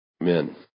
Amen